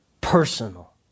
personal